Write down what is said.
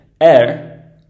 air